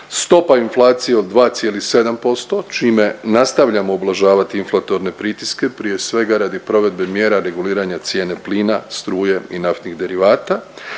Stopa inflacije od 2,7% čime nastavljamo ublažavati inflatorne pritiske prije svega radi provedbe mjera reguliranja cijene plina, struje i naftnih derivata,